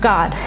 God